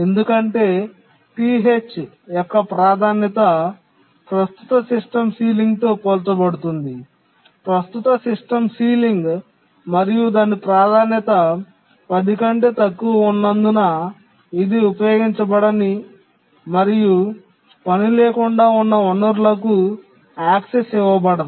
ఎందుకంటే TH యొక్క ప్రాధాన్యత ప్రస్తుత సిస్టమ్ సీలింగ్తో పోల్చబడుతుంది ప్రస్తుత సిస్టమ్ సీలింగ్ మరియు దాని ప్రాధాన్యత 10 కంటే తక్కువగా ఉన్నందున ఇది ఉపయోగించబడని మరియు పనిలేకుండా ఉన్న వనరులకు ప్రాప్యత ఇవ్వబడదు